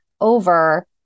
over